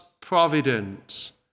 providence